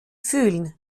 fühlen